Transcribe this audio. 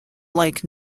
like